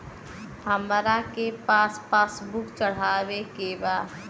हमरा के पास बुक चढ़ावे के बा?